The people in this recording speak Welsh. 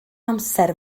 amser